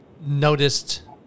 noticed